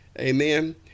Amen